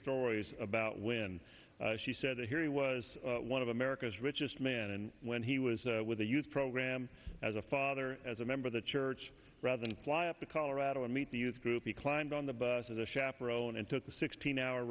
stories about when she said he was one of america's richest men and when he was with the youth program as a father as a member of the church rather than fly up to colorado and meet the youth group he climbed on the bus as a chaperone and took a sixteen hour